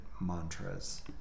mantras